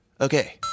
Okay